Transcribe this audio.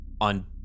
on